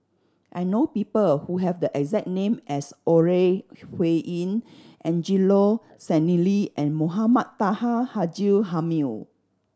I know people who have the exact name as Ore Huiying Angelo Sanelli and Mohamed Taha Haji Jamil